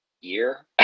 year